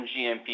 GMP